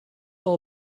all